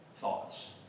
thoughts